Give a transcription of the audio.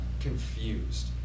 confused